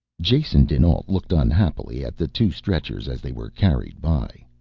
jason dinalt looked unhappily at the two stretchers as they were carried by.